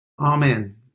Amen